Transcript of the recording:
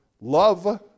love